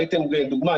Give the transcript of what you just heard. ראיתם דוגמא,